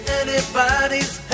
anybody's